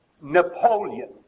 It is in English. Napoleon